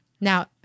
Now